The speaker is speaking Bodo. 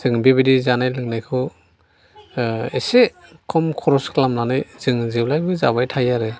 जों बेबादि जानाय लोंनायखौ एसे खम खरस खालामनानै जोङो जेब्लायबो जाबाय थायो आरो